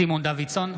סימון דוידסון,